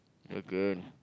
okay